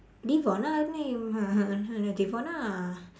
devona the name devona